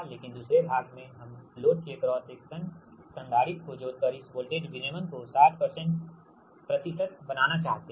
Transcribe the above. लेकिन दूसरे भाग में हम लोड के एक्रोस एक शंट संधारित्र को जोड़कर इस वोल्टेज विनियमन को 60 बनाना चाहते हैं